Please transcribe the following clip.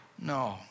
No